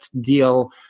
deal